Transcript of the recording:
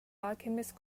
alchemist